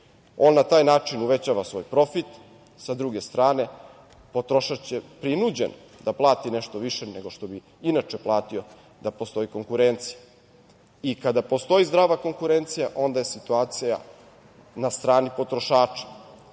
On na taj način uvećava svoj profit, sa druge strane, potrošač je prinuđen da plati nešto više nego što bi inače platio da postoji konkurencija. Kada postoji zdrava konkurencija, onda je situacija na strani potrošača. Zato